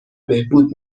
بهبود